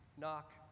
Knock